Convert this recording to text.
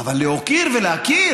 אבל להוקיר ולהכיר.